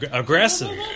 aggressive